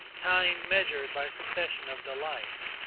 time measured by succession of delights,